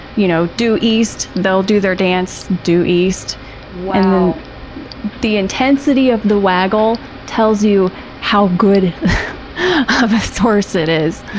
you know, due east, they'll do their dance due east and the intensity of the waggle tells you how good of a source it is.